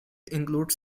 includes